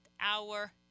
hour